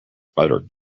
buttered